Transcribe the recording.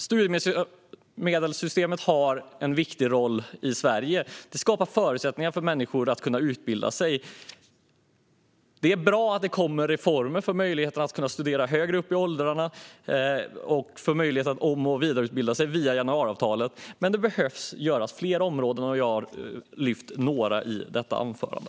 Studiemedelssystemet spelar en viktig roll i Sverige. Det skapar förutsättningar för människor att kunna utbilda sig. Det är bra att det kommer reformer i januariavtalet som ger möjlighet att studera högre upp i åldrarna och att om och vidareutbilda sig. Men det behöver göras mer, och jag har lyft upp några områden i detta anförande.